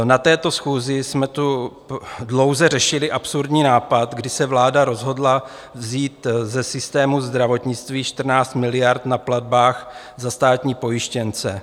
Na této schůzi jsme tu dlouze řešili absurdní nápad, kdy se vláda rozhodla vzít ze systému zdravotnictví 14 miliard na platbách za státní pojištěnce.